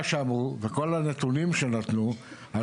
שכולם אמרו פה ואחרי כל הנתונים שנתנו פה,